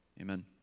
amen